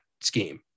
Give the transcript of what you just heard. scheme